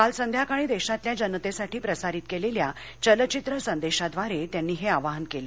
काल संध्याकाळी देशातल्या जनतेसाठी प्रसारित केलेल्या चलचित्र संदेशाद्वारे त्यांनी हे आवाहन केलं